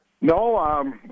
No